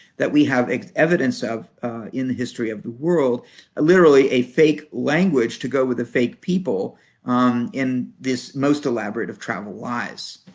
that we have evidence of in the history of the world literally a fake language to go with a fake people in this most elaborate of travel lies.